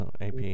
AP